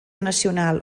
nacional